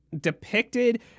depicted